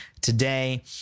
today